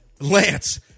Lance